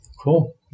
Cool